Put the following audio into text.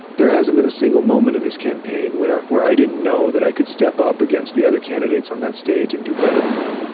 there hasn't been a single moment of this campaign where where i didn't know that i could step up against the other candidates on that stage and do better than them.